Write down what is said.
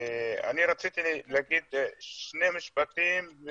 אני רציתי להגיד שני משפטים.